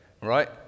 right